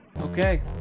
Okay